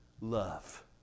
love